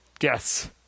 Yes